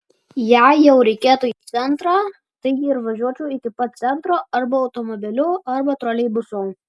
jei jau reikėtų į centrą tai ir važiuočiau iki pat centro arba automobiliu arba troleibusu